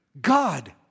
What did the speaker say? God